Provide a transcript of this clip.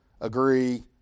agree